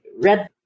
read